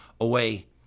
away